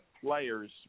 players